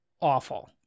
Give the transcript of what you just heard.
awful